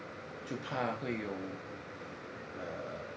就怕会有 err